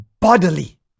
bodily